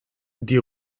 die